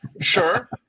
sure